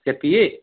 के पिये